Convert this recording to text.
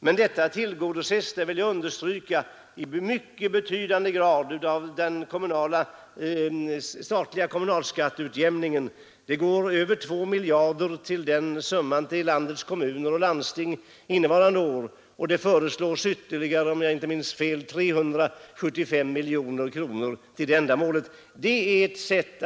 Men detta beaktas — det vill jag understryka — i mycket betydande grad vid den statliga kommunala skatteutjämningen. Det går innevarande år över 2 miljarder till landets kommuner och landsting, och ytterligare 375 miljoner kronor föreslås till det ändamålet, om jag inte minns fel.